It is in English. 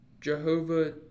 jehovah